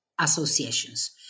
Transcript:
associations